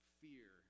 fear